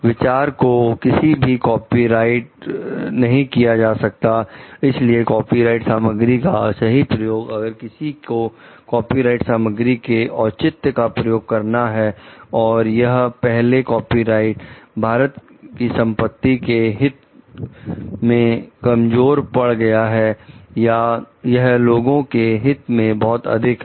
विचार को कभी भी कॉपीराइट नहीं किया जा सकता इसलिए कॉपीराइट सामग्री का सही प्रयोग अगर किसी को कॉपीराइट सामग्री के औचित्य का प्रयोग कर रहा है है और यह पहले कॉपीराइट भारत की संपत्ति के हित में कमजोर पड़ गया है या यह लोगों के हित में बहुत अधिक है